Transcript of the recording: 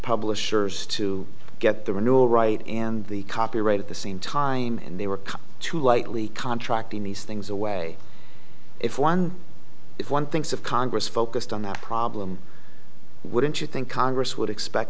publishers to get the renewal right and the copyright at the same time and they were come to lightly contracting these things away if one if one thinks of congress focused on that problem wouldn't you think congress would expect